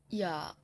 ya